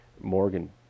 Morgan